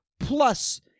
Plus